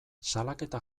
salaketa